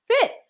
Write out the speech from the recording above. fit